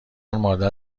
مادر